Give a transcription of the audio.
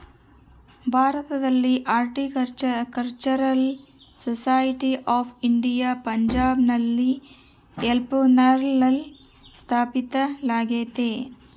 ಭಾರತದಲ್ಲಿ horticultural society of India ಪಂಜಾಬ್ನ ಲಿಯಾಲ್ಪುರ್ನಲ್ಲ ಸ್ಥಾಪಿಸಲಾಗ್ಯತೆ